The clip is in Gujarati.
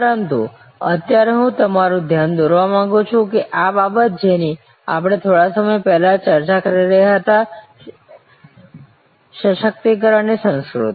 પરંતુ અત્યારે હું તમારું ધ્યાન દોરવા માંગુ છું કે આ બાબત જેની આપણે થોડા સમય પહેલા ચર્ચા કરી રહ્યા હતા સશક્તિકરણની સંસ્કૃતિ